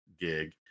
gig